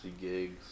gigs